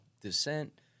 descent